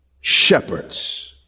shepherds